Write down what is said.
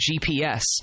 GPS